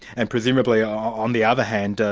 and presumably um on the other hand,